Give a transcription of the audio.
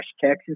Texas